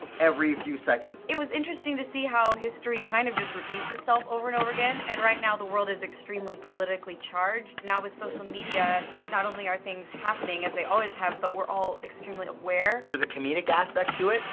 every few seconds. it was interesting to see how history kind of just repeats itself over and over again, and right now, the world is extremely politically charged. now, with social media, not only are things happening as they always have, but we're all extremely aware. there's a comedic aspect to it,